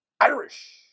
Irish